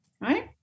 right